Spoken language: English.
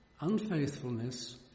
unfaithfulness